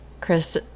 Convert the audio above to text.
Chris